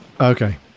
Okay